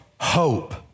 hope